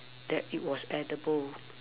that it was edible